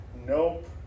nope